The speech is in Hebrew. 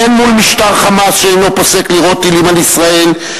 הן מול משטר "חמאס" שאינו פוסק לירות טילים על ישראל,